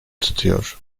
tutuyor